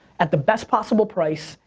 at the best possible price,